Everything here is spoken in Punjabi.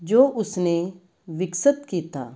ਜੋ ਉਸ ਨੇ ਵਿਕਸਤ ਕੀਤਾ